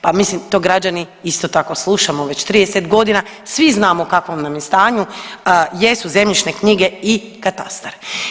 Pa mislim, to građani, isto tako slušamo već 30 godina, svi znamo u kakvom nam je stanju, jesu zemljišne knjige i katastar.